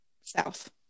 south